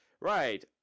Right